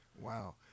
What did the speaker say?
Wow